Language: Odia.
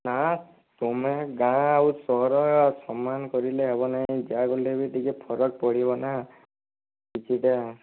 ନା ତମେ ଗାଁ ଆଉ ସହର ସମାନ କରିଲେ ହେବ ନାହିଁ ଯାହା ବି ହେଲେ ଟିକେ ଫରକ ପଡ଼ିବ ନା କିଛିଟା